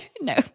No